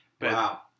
wow